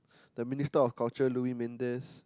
the minister of culture Luis-Midas